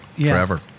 forever